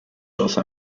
also